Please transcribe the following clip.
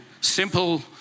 simple